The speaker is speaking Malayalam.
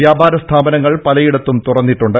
വ്യാപാര സ്ഥാപനങ്ങൾ പലയിടത്തും തുറന്നിട്ടുണ്ട്